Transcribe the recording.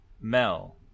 Mel